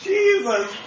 Jesus